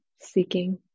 seeking